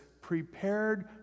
prepared